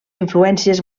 influències